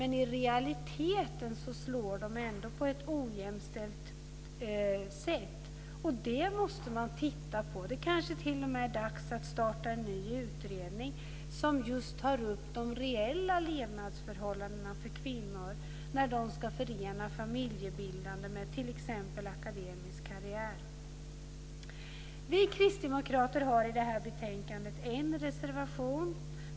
Men i realiteten slår de ändå på ett ojämställt sätt. Det måste man titta på. Det kanske t.o.m. är dags att starta en ny utredning som tar upp de reella levnadsförhållandena för kvinnor när de ska förena familjebildandet med t.ex. en akademisk karriär. Vi kristdemokrater har i det här betänkandet en reservation.